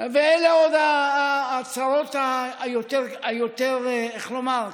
ואלה עוד הצרות היותר, איך לומר?